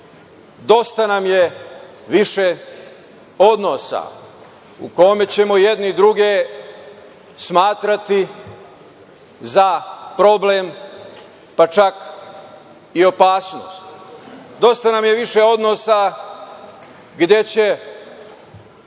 nam je više odnosa u kojima ćemo jedni druge smatrati za problem, pa čak i opasnost. Dosta nam je više odnosa gde će